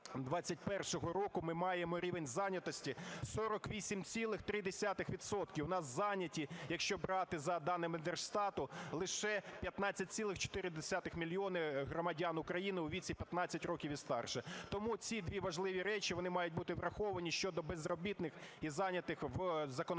2021 року ми маємо рівень зайнятості 48,3 відсотка. У нас зайняті, якщо брати за даними Держстату лише 15,4 мільйона громадян України у віці 15 років і старше. Тому ці дві важливі речі, вони мають бути враховані щодо безробітних і зайнятих в законопроекті